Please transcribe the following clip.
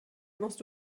musst